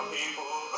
People